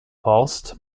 horst